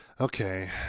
okay